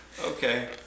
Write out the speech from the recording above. Okay